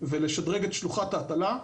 ולשדרג את שלוחת ההטלה,